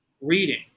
reading